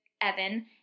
Evan